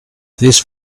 this